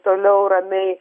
toliau ramiai